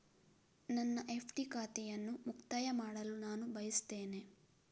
ನನ್ನ ಎಫ್.ಡಿ ಖಾತೆಯನ್ನು ಮುಕ್ತಾಯ ಮಾಡಲು ನಾನು ಬಯಸ್ತೆನೆ